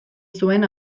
zuen